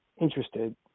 interested